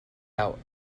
out